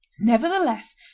Nevertheless